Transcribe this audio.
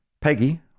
Peggy